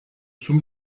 zum